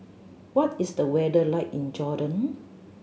what is the weather like in Jordan